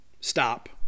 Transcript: stop